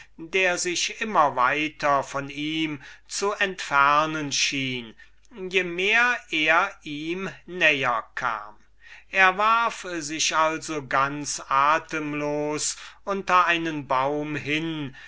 der sich immer weiter von ihm zu entfernen schien je mehr er ihm näher kam er warf sich also ganz atemlos unter einen baum hin